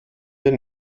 der